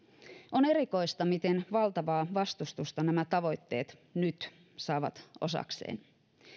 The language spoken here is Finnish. on erikoista miten valtavaa vastustusta nämä tavoitteet nyt saavat osakseen